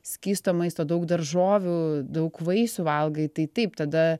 skysto maisto daug daržovių daug vaisių valgai tai taip tada